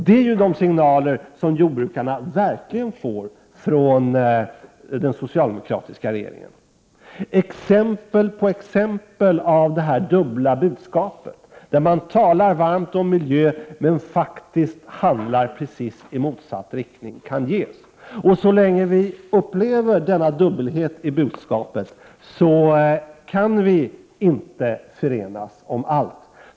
Det är de signaler som jordbrukare faktiskt får från den socialdemokratiska regeringen. Exempel efter exempel på det dubbla budskapet, där man talar varmt om miljön men handlar precis i motsatt riktning kan ges. Så länge vi upplever denna dubbelhet i budskapen kan vi inte förenas om allt.